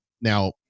Now